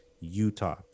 Utah